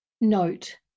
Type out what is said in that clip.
Note